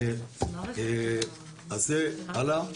הלאה,